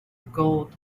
gold